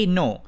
no